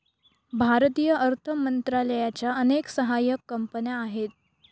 भारतीय अर्थ मंत्रालयाच्या अनेक सहाय्यक कंपन्या आहेत